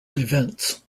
events